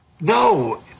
No